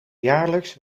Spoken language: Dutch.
jaarlijks